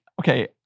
okay